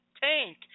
Tank